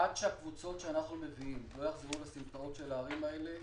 עד שהקבוצות שאנחנו מביאים לא יחזרו לסמטאות של הערים האלה,